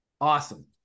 awesome